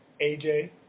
AJ